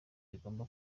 bigomba